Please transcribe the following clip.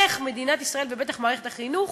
איך מדינת ישראל ובטח מערכת החינוך